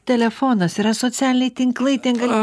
telefonas yra socialiniai tinklai ten gali